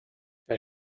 wer